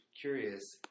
curious